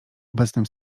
obecnym